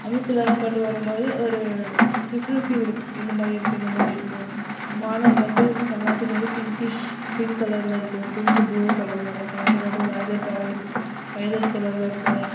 அமைப்பிலலாம் கொண்டு வரும்போது ஒரு டிஃப்ரெண்ட் ஃபீல் இருக்கும் இந்தமாதிரி இருக்குது இந்தமாதிரி இருக்குது வானம் வந்து சில நேரத்துக்கு வந்து பிங்கிஷ் பிங்க் கலர்ல இருக்கும் பிங்க் புளூ கலர்ல இருக்கும் சில நேரத்துக்கு வந்து வயிலெட் ஆரஞ்ச் வயிலெட் கலர்ல இருக்கும்